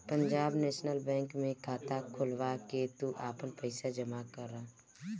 Punjab National Bank में खाता खोलवा के तू आपन पईसा जमा करअ